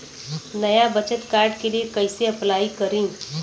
नया बचत कार्ड के लिए कइसे अपलाई करी?